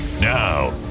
Now